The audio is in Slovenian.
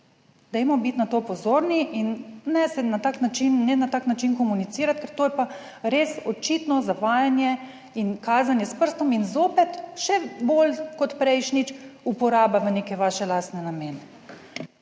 in ne se na tak način, ne na tak način komunicirati, ker to je pa res očitno zavajanje in kazanje s prstom in zopet, še bolj kot prejšnjič, uporaba v neke vaše lastne namene.